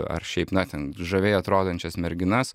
ar šiaip na ten žaviai atrodančias merginas